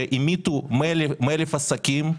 שהמיתו 100,000 עסקים,